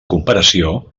comparació